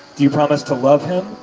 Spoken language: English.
do you promise to love him,